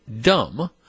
dumb